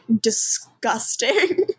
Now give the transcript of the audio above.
disgusting